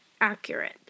accurate